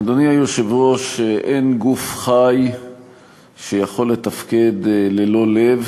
אדוני היושב-ראש, אין גוף חי שיכול לתפקד ללא לב.